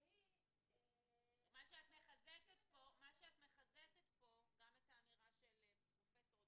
והדבר השני זה לבדוק את האפיונים ואת גובה הקצבה,